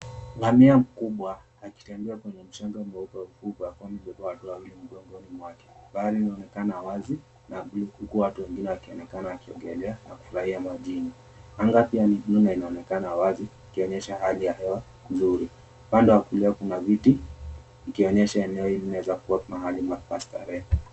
Ngamia mkubwa akitembea kwenye mchanga mweupe huku amebeba watu wawili mgongoni mwake. Bahari linaoneka wazi na blue huku watu wengine wakionekana wakiongelea na kufurahia majini. Anga pia ni blue na inaonekana wazi ikionyesha hali ya hewa nzuri. Upande wa kulia kuna viti ikionyesha eneo hili linaweza kuwa mahali pa starehe.